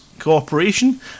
cooperation